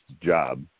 job